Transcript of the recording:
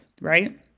right